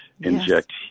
inject